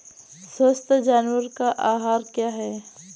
स्वस्थ जानवर का आहार क्या है?